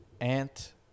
Ant